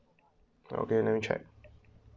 okay let me check